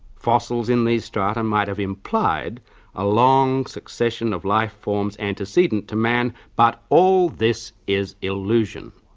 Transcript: fossils in these strata and might have implied a long succession of lifeforms antecedent to man, but all this is illusion.